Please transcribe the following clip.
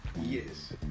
Yes